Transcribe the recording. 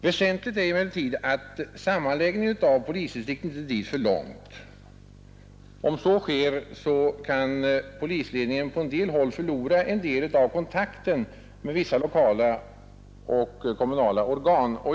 Väsentligt är emellertid att sammanläggningen av polisdistrikten inte drivs för långt. Om så sker kan polisledningen på sina håll förlora en del av kontakten med vissa lokala och kommunala organ.